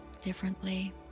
differently